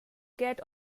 get